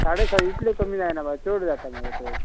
साडे साडे इतलें कमी जायना बाय चोड जाता मुगो ते